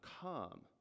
come